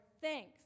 thanks